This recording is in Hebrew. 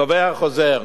קובע החוזר